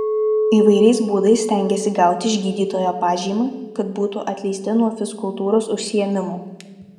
įvairiais būdais stengiasi gauti iš gydytojo pažymą kad būtų atleisti nuo fizkultūros užsiėmimų